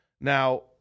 Now